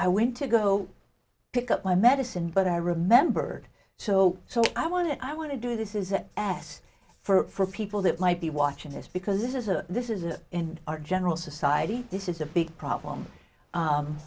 i went to go pick up my medicine but i remembered so so i want to i want to do this is that advice for people that might be watching this because this is a this is a in our general society this is a big problem